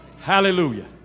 Hallelujah